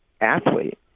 athlete